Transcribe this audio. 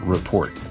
Report